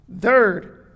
Third